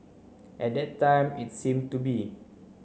at that time it seem to be